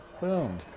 Boom